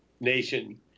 nation